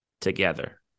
together